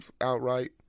outright